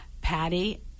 Patty